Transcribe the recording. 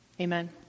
Amen